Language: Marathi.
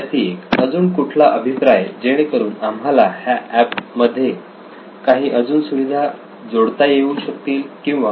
विद्यार्थी 1 अजून कुठला अभिप्राय जेणेकरून आम्हाला ह्या एप मध्ये काही अजून सुविधा जोडता येऊ शकतील किंवा